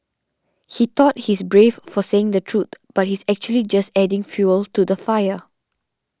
he thought he's brave for saying the truth but he's actually just adding fuel to the fire